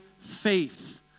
faith